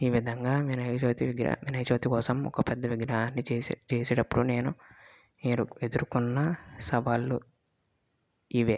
ఈ విధంగా వినాయక చవితి విగ్రహా వినాయక చవితి కోసం ఒక పెద్ద విగ్రహాన్ని చేసే చేసే అప్పుడు నేను మీరు ఎదుర్కొన్న సవాళ్లు ఇవే